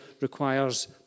requires